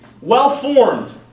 well-formed